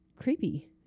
creepy